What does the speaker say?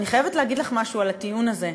אני חייבת להגיד לך משהו על הטיעון הזה.